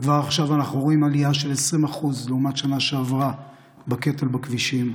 וכבר עכשיו אנחנו רואים עלייה של 20% לעומת השנה שעברה בקטל בכבישים.